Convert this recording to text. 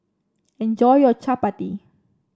enjoy your chappati